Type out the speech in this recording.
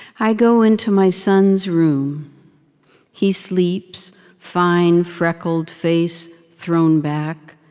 i go into my son's room he sleeps fine, freckled face thrown back,